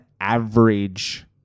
average